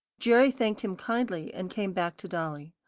jerry thanked him kindly, and came back to dolly.